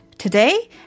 Today